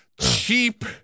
cheap